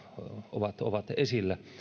ovat ovat esillä